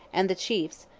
and the chiefs,